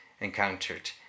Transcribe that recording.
encountered